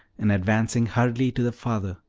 and advancing hurriedly to the father,